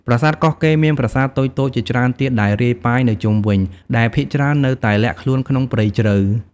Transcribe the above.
ប្រាសាទកោះកេរមានប្រាសាទតូចៗជាច្រើនទៀតដែលរាយប៉ាយនៅជុំវិញ ដែលភាគច្រើននៅតែលាក់ខ្លួនក្នុងព្រៃជ្រៅ។